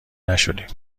نشدیم